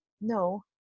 No